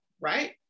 right